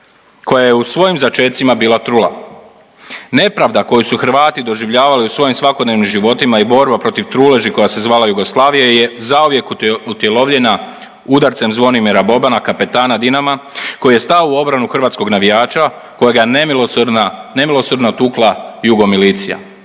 koja je u svojim začecima bila trula. Nepravda koju su Hrvati doživljavali u svojim svakodnevnim životima i borba protiv truleži koja se zvala Jugoslavija je zauvijek utjelovljena udarcem Zvonimira Bobana, kapetana Dinama, koji je stao u obranu hrvatskog navijača kojega je nemilosrdna, nemilosrdno tukla jugo milicija.